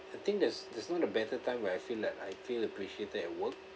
I think there's there's not a better time where I feel like I feel appreciated at work